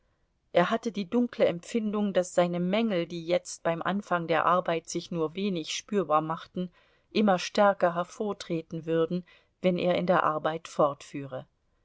er hatte die dunkle empfindung daß seine mängel die jetzt beim anfang der arbeit sich nur wenig spürbar machten immer stärker hervortreten würden wenn er in der arbeit fortführe